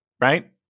right